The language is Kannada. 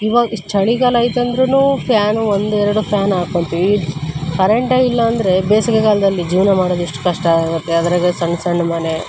ಇವಾಗ್ ಇಷ್ಟು ಚಳಿಗಾಲ ಆಯ್ತಂದರೂನು ಫ್ಯಾನು ಒಂದೆರಡು ಫ್ಯಾನ್ ಹಾಕೊಂತಿವಿ ಕರೆಂಟೇ ಇಲ್ಲ ಅಂದರೆ ಬೇಸಿಗೆ ಕಾಲದಲ್ಲಿ ಜೀವನ ಮಾಡೋದು ಎಷ್ಟು ಕಷ್ಟ ಆಗುತ್ತೆ ಅದರಾಗ ಸಣ್ಣ ಸಣ್ಣ ಮನೆ